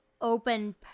open